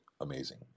amazing